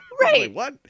Right